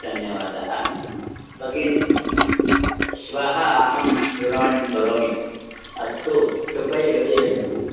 धन्यवादः भगिनी श्वः अहं दूरवाणीं करोमि अस्तु कृपया योजयन्तु